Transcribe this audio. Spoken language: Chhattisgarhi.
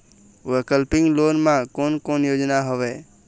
वैकल्पिक लोन मा कोन कोन योजना हवए?